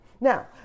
Now